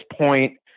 point